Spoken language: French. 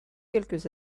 quelques